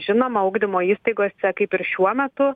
žinoma ugdymo įstaigose kaip ir šiuo metu